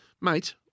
Mate